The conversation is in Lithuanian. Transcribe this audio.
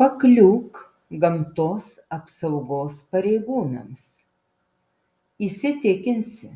pakliūk gamtos apsaugos pareigūnams įsitikinsi